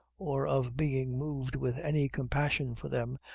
or of being moved with any compassion for them,